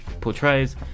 portrays